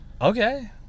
okay